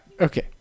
Okay